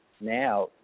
now